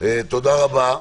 תודה רבה.